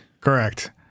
Correct